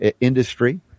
industry